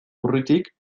urritik